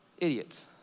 Idiots